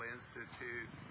Institute